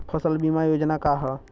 फसल बीमा योजना का ह?